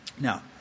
now